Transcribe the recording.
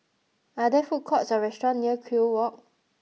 are there food courts or restaurant near Kew Walk